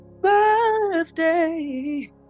birthday